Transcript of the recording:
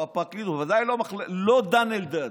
או הפרקליטות, אבל בוודאי לא דן אלדד.